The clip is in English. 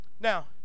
Now